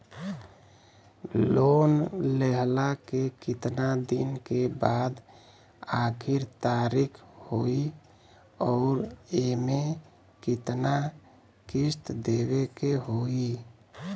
Loan लेहला के कितना दिन के बाद आखिर तारीख होई अउर एमे कितना किस्त देवे के होई?